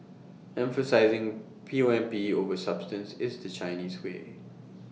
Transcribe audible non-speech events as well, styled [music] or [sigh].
emphasising P O M P over substance is the Chinese way [noise]